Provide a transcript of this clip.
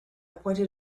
pointed